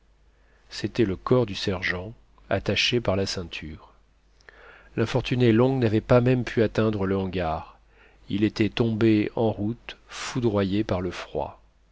c'était le corps du sergent attaché par la ceinture l'infortuné long n'avait pas même pu atteindre le hangar il était tombé en route foudroyé par le froid